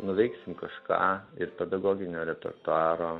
nuveiksim kažką ir pedagoginio repertuaro